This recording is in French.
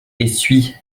essuie